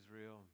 Israel